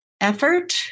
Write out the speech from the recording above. effort